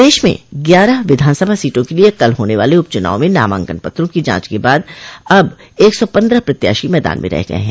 प्रदेश में ग्यारह विधानसभा सीटों के लिये होने वाले उप चूनाव में नामांकन पत्रों की जांच के बाद अब एक सौ पन्द्रह प्रत्याशी मैदान में रह गये हैं